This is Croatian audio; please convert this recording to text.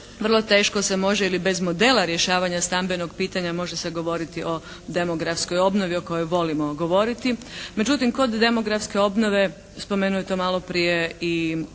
vrlo teško se može ili bez modela rješavanja stambenog pitanja može se govoriti o demografskoj obnovi o kojoj volimo govoriti. Međutim kod demografske obnove spomenuo je to maloprije i kolega,